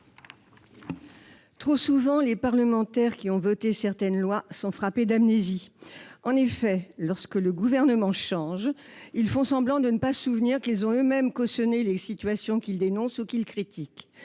Trop souvent, les parlementaires qui ont voté certaines lois sont frappés d'amnésie. En effet, lorsque le Gouvernement change, ils font semblant de ne pas se souvenir qu'ils ont eux-mêmes cautionné les situations qu'ils dénoncent ou qu'ils critiquent.